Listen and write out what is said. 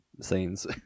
scenes